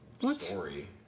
story